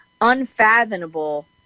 unfathomable